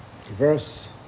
Verse